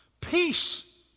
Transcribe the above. Peace